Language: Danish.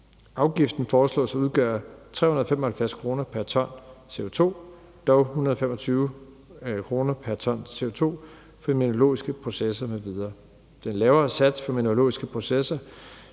Afgiften foreslås at udgøre 375 kr. pr. ton CO2, dog 125 kr. pr. ton CO2 for mineralogiske processer m.v. Den lavere sats for mineralogiske processer